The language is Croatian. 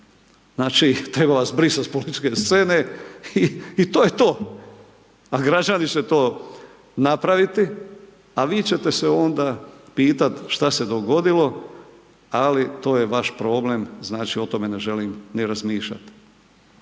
Znači, treba vas brisati s političke scene, i to je to, a građani će to napraviti, a vi će te se onda pitat' šta se dogodilo, ali to je vaš problem, znači, o tome ne želim ni razmišljati.